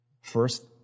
First